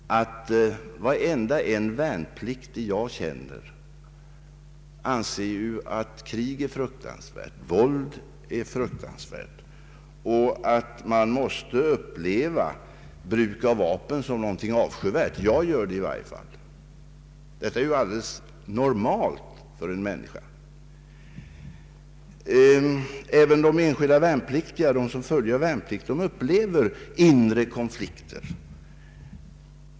Varenda värnpliktig jag känner anser att krig är fruktansvärt, att våld är fruktansvärt och att man måste uppleva bruk av vapen som någonting avskyvärt. Det gör i varje fall jag. Detta är alldeles normalt för en människa. Även de enskilda värnpliktiga upplever inre konflikter.